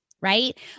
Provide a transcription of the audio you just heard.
Right